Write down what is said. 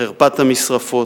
חרפת המשרפות,